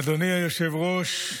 אדוני היושב-ראש,